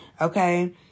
Okay